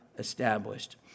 established